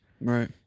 right